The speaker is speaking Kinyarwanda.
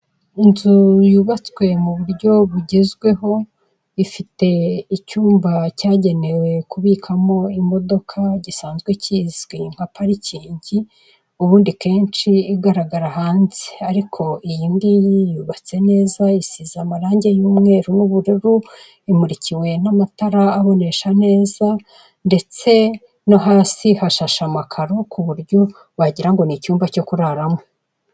Inzu yubatswe mu buryo bugezweho ifite icyumba cyagenewe kubikamo imodoka gisanzwe kizwi nka parikingi ubundi kenshi igaragara hanze, ariko iyi ngiyi yubatse neza yi isize amarangi y'umweru n'ubururu imurikiwe n'amatara abonesha neza ndetse no hasi hashashe amakaro ku buryo wagira ngo ni icyumba cyo kuraramo.